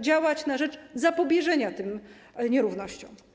działać na rzecz zapobieżenia tym nierównościom.